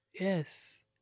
Yes